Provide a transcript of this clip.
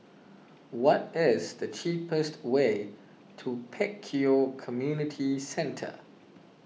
what is the cheapest way to Pek Kio Community Centre